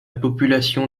population